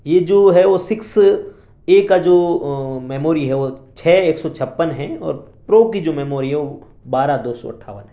یہ جو ہے وہ سکس اے کا جو میموری ہے وہ چھ ایک سو چھپن ہے اور پرو کی جو میموری ہے وہ بارہ دو سو اٹھاون ہے